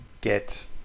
get